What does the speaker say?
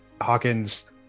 Hawkins